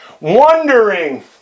wondering